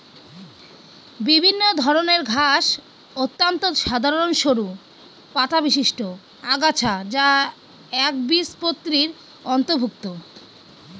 বিভিন্ন ধরনের ঘাস অত্যন্ত সাধারন সরু পাতাবিশিষ্ট আগাছা যা একবীজপত্রীর অন্তর্ভুক্ত